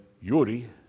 Yuri